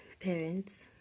parents